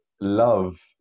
love